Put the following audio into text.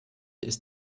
ist